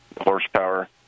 horsepower